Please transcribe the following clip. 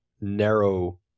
narrow